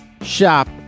shop